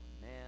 man